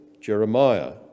Jeremiah